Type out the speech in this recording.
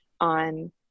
on